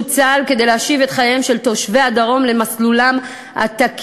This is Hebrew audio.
צה"ל כדי להשיב את חייהם של תושבי הדרום למסלולם התקין